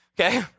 Okay